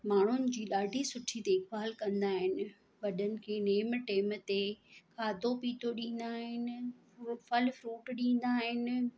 माण्हुनि जी ॾाढी सुठी देखभाल कंदा आहिनि वॾनि खे नेम टेम ते खाधो पीतो ॾींदा आहिनि उहो फल फ्रूट ॾींदा आहिनि